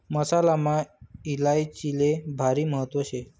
मसालामा इलायचीले भारी महत्त्व शे